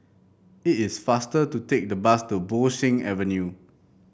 it is faster to take the bus to Bo Seng Avenue